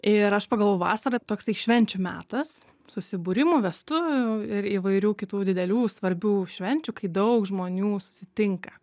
ir aš pagalvojau vasara toksai švenčių metas susibūrimų vestuvių ir įvairių kitų didelių svarbių švenčių kai daug žmonių susitinka